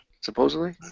supposedly